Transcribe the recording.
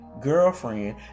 girlfriend